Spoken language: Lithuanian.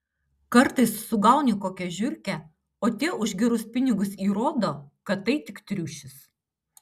kartais sugauni kokią žiurkę o tie už gerus pinigus įrodo kad tai tik triušis